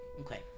okay